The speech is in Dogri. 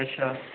अच्छा